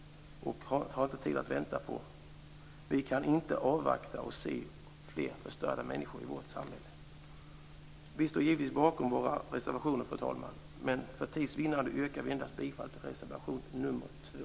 Vi har inte tid att vänta. Vi kan inte avvakta och se fler förstörda människor i vårt samhälle. Fru talman! Vi står givetvis bakom alla våra reservationer, men för tids vinnande yrkar vi bifall endast till reservation nr 2.